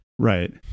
Right